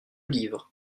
livres